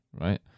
right